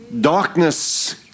Darkness